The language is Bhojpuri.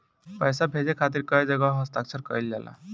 पैसा भेजे के खातिर कै जगह हस्ताक्षर कैइल जाला?